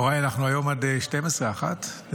יוראי, אנחנו היום עד 23:00, 24:00?